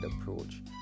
approach